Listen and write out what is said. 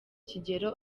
kigero